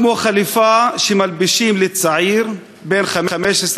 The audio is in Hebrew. כמו חליפה שמלבישים לצעיר בן 15,